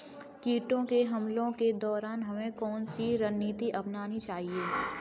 कीटों के हमलों के दौरान हमें कौन सी रणनीति अपनानी चाहिए?